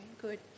Good